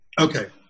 Okay